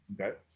Okay